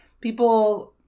people